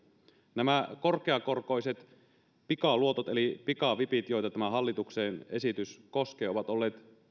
nämä korkeakorkoiset pikaluotot eli pikavipit joita tämä hallituksen esitys koskee ovat olleet